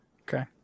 Okay